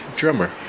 drummer